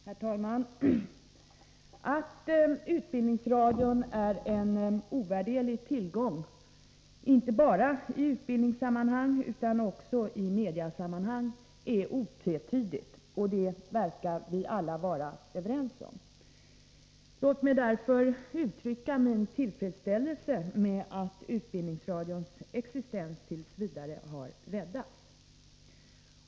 Herr talman! Att utbildningsradion är en ovärderlig tillgång inte bara i utbildningssammanhang utan också i mediasammanhang är otvetydigt, och det verkar vi alla vara överens om. Låt mig därför uttrycka min tillfredsställelse med att utbildningsradions existens t. v. har räddats.